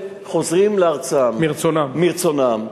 חוזרים לארצם מרצונם.